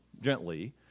gently